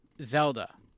Zelda